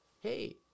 hey